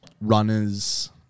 runners